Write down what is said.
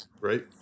Right